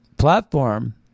platform